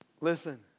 Listen